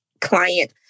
client